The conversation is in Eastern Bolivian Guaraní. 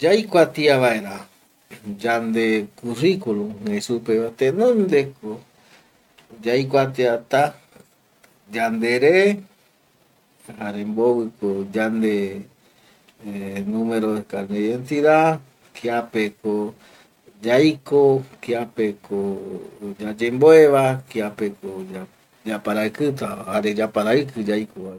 Yaikuatia vaera yande kurrikulum jei supe va, tenonde ko yaikuatia ta yandere jare mbovi ko yande eh numero de carnet de identidad, kiape ko yaiko, kiape ko yayemboe va, kiape ko yaparaikita va jare yaparaiki yaiko va vi